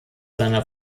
seiner